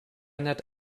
nett